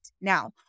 Now